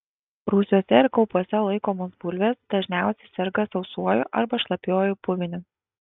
rūsiuose ir kaupuose laikomos bulvės dažniausiai serga sausuoju arba šlapiuoju puviniu